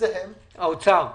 האוצר אומר: